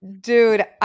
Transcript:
Dude